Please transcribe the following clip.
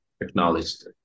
acknowledged